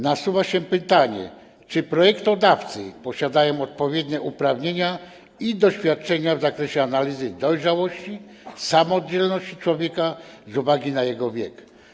Nasuwa się pytanie, czy projektodawcy posiadają odpowiednie uprawnienia i doświadczenia w zakresie analizy dojrzałości i samodzielności człowieka z uwagi na jego wiek?